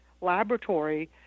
laboratory